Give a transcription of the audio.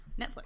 Netflix